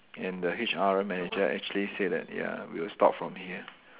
and the H_R manager actually said that ya we'll stop from here